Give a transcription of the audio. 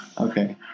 okay